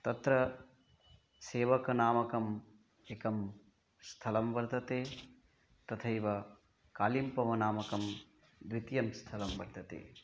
तत्र सेवकनामकम् एकं स्थलं वर्तते तथैव कालिम्पवनामकं द्वितीयं स्थलं वर्तते